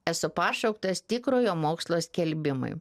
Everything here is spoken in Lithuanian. esu pašauktas tikrojo mokslo skelbimui